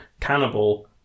Cannibal